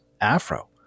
afro